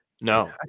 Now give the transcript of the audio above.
No